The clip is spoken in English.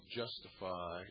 justify